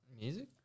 Music